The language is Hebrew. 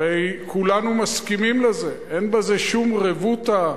הרי כולנו מסכימים לזה, אין בזה שום רבותא,